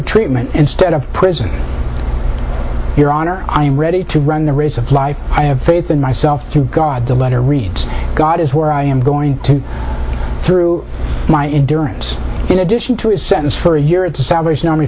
treatment instead of prison your honor i'm ready to run the risk of life i have faith in myself through god the letter reads god is where i am going to through my insurance in addition to his sentence for a year at the salvation army